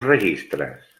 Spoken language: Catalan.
registres